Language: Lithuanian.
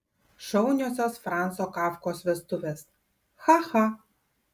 šauniosios franco kafkos vestuvės cha cha